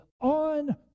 on